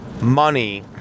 money